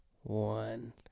one